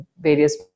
various